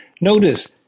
Notice